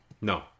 No